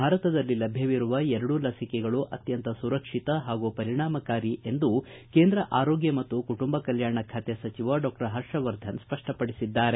ಭಾರತದಲ್ಲಿ ಲಭ್ಯವಿರುವ ಎರಡೂ ಲಸಿಕೆಗಳು ಅತ್ಯಂತ ಸುರಕ್ಷಿತ ಹಾಗೂ ಪರಿಣಾಮಕಾರಿ ಎಂದು ಕೇಂದ್ರ ಆರೋಗ್ಯ ಮತ್ತು ಕುಟುಂಬ ಕಲ್ಕಾಣ ಖಾತೆ ಸಚಿವ ಡಾಕ್ಟರ್ ಹರ್ಷವರ್ಧನ್ ಸ್ಪಷ್ಪಡಿಸಿದ್ದಾರೆ